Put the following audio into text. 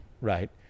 right